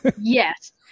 yes